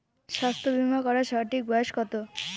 স্বাস্থ্য বীমা করার সঠিক বয়স কত?